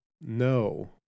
No